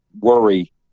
worry